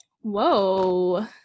Whoa